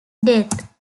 death